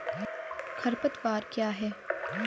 खरपतवार क्या है?